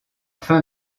fin